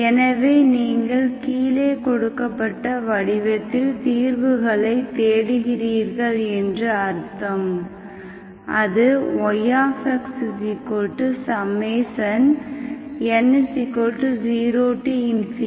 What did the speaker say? எனவே நீங்கள் கீழே கொடுக்கப்பட்ட வடிவத்தில் தீர்வுகளைத் தேடுகிறீர்கள் என்று அர்த்தம் அது yxn 0cnxn